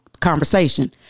conversation